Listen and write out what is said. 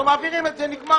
אנחנו מעבירים את זה נגמר